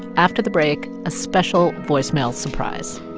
after the break, a special voicemail surprise